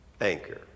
anchor